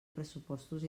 pressupostos